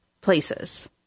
places